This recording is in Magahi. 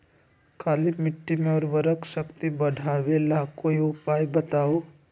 काली मिट्टी में उर्वरक शक्ति बढ़ावे ला कोई उपाय बताउ?